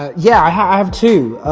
yeah i have two,